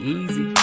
easy